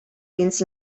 więc